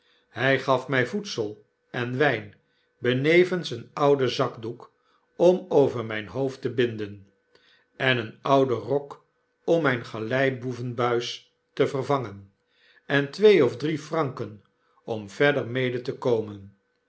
hy gaf mij voedsel en wiin benevens een ouden zakdoek om over mijn hoofd te binden en een ouden rok om mp galeiboevenbuis te vervangen en twee of drie franken om verder mede te komen